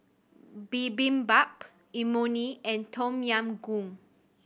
Bibimbap Imoni and Tom Yam Goong